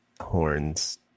horns